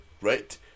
right